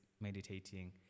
Meditating